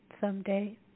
someday